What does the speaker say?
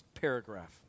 paragraph